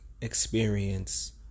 experience